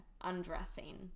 Undressing